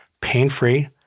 pain-free